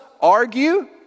argue